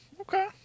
okay